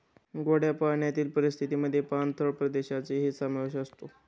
गोड्या पाण्यातील परिसंस्थेमध्ये पाणथळ प्रदेशांचाही समावेश असतो